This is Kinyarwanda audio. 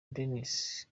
denise